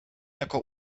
jako